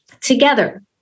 together